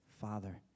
Father